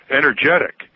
energetic